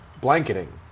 blanketing